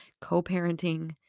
co-parenting